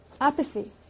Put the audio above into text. apathy